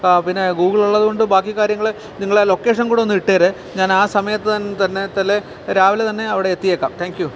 ആ പിന്നെ ഗൂഗിൾ ഉള്ളതുകൊണ്ട് ബാക്കി കാര്യങ്ങൾ നിങ്ങൾ ആ ലൊക്കേഷൻ കൂടെ ഒന്ന് ഇട്ടേര് ഞാൻ ആ സമത്ത് തന്നെ രാവിലെ തന്നെ അവിടെ എത്തിയേക്കാം താങ്ക് യൂ